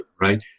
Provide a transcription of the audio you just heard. right